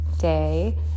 day